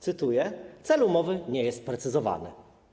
Cytuję: Cel umowy nie jest sprecyzowany.